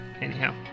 Anyhow